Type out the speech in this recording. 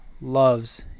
loves